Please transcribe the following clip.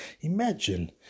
Imagine